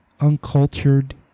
uncultured